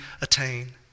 attain